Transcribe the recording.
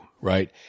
right